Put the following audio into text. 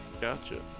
gotcha